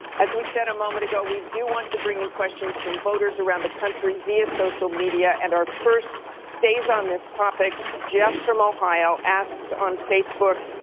as we said a moment ago, we do want to bring in questions from voters around the country via social media. and our first stays on this topic. jeff from ohio asks on facebook,